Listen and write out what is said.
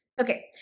Okay